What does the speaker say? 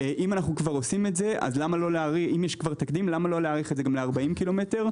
אם יש כבר תקדים, למה לא להאריך את זה ל-40 ק"מ?